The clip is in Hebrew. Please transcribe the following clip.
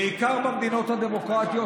בעיקר במדינות הדמוקרטיות,